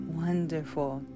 wonderful